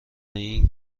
این